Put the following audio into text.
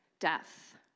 death